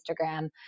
Instagram